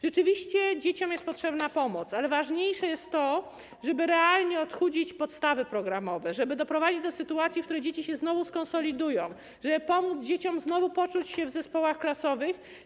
Rzeczywiście, dzieciom jest potrzebna pomoc, ale ważniejsze niż nawet te dodatkowe lekcje jest to, żeby realnie odchudzić podstawy programowe, żeby doprowadzić do sytuacji, w której dzieci się znowu skonsolidują, żeby pomóc dzieciom znowu poczuć się dobrze w zespołach klasowych.